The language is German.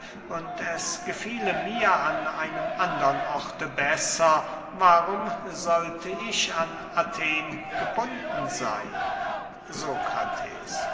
und es gefiele mir an einem andern orte besser warum sollte ich an athen gebunden seyn sokrates